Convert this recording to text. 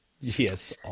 Yes